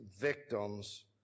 victims